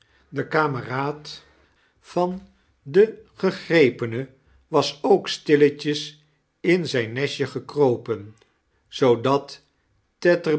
de kameraad van den gegrepene was ook stilletjes in zijn nestje gekropen zoodat